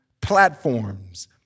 platforms